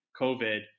COVID